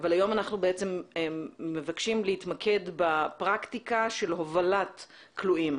אבל היום אנחנו מבקשים להתמקד בפרקטיקה של הובלת כלואים,